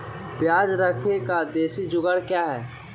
प्याज रखने का देसी जुगाड़ क्या है?